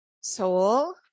Soul